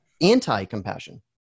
Anti-compassion